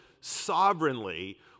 sovereignly